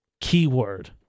keyword